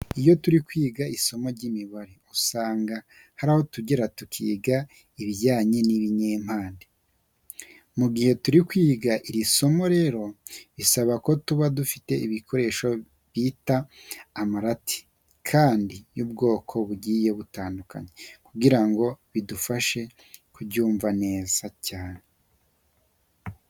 Iyo turi kwiga isomo ry'imibare usanga hari aho tugera tukiga ibijyanye n'ibinyampande. Mu gihe turi kwiga iri somo rero bisaba ko tuba dufite ibikoresho bita amarati kandi y'ubwoko bugiye butandukanye, kugira ngo bidufashe kuryumva neza cyane.